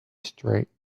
straight